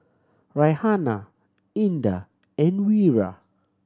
Raihana Indah and Wira